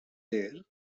there